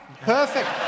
Perfect